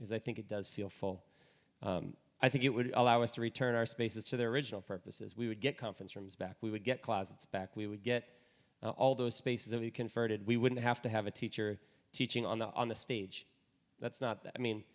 because i think it does feel full i think it would allow us to return our spaces to their original purposes we would get conference rooms back we would get closets back we would get all those spaces that we conferred we wouldn't have to have a teacher teaching on the on the stage that's not that i mean